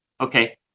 Okay